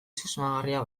susmagarria